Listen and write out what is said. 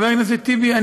חבר הכנסת טיבי,